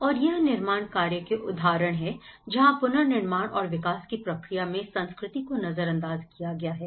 और यह निर्माण कार्य के उदाहरण है जहां पुनर्निर्माण और विकास की प्रक्रिया में संस्कृति को नजरअंदाज किया गया है